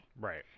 Right